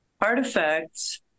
artifacts